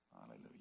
Hallelujah